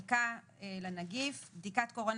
בדיקה ל- SARS-CoV2; "בדיקת קורונה